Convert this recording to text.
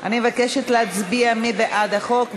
אני מבקשת להצביע, מי בעד החוק?